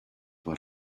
what